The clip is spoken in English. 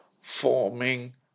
forming